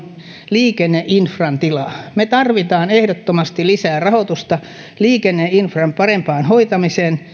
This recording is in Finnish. liikenneinfran tila me tarvitsemme ehdottomasti lisää rahoitusta liikenneinfran parempaan hoitamiseen